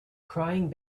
crying